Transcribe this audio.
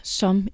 som